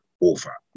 over